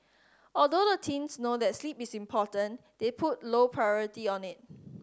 although the teens know that sleep is important they put low priority on it